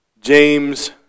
James